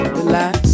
relax